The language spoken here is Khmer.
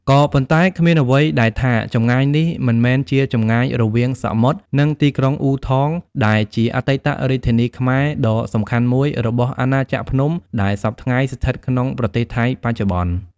ក៏ប៉ុន្តែគ្មានអ្វីដែលថា ចម្ងាយនេះមិនមែនជាចម្ងាយរវាងសមុទ្រ និងទីក្រុង អ៊ូថង ដែលជាអតីតរាជធានីខ្មែរដ៏សំខាន់មួយ របស់អាណាចក្រភ្នំ ដែលសព្វថ្ងៃស្ថិតក្នុង ប្រទេសថៃបច្ចុប្បន្ន ។